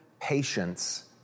patience